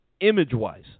image-wise